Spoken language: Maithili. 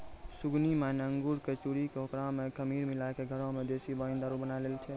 सुगनी माय न अंगूर कॅ चूरी कॅ होकरा मॅ खमीर मिलाय क घरै मॅ देशी वाइन दारू बनाय लै छै